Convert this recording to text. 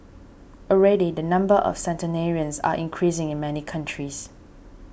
already the number of centenarians are increasing in many countries